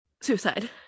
suicide